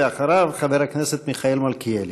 אחריו, חבר הכנסת מיכאל מלכיאלי.